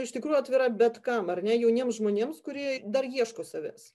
iš tikrųjų atvira bet kam ar ne jauniems žmonėms kurie dar ieško savęs